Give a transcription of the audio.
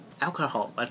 Alcohol